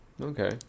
Okay